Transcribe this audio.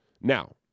Now